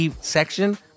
section